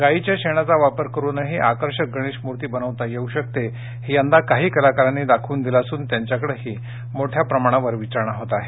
गायीच्या शेणाचा वापर करूनही आकर्षक गणेश मूर्ती बनवता येऊ शकते हे यंदा काही कलाकारांनी दाखवून दिल असून त्यांच्याकडेही मोठ्या प्रमाणावर विचारणा होत आहे